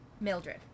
Mildred